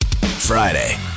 friday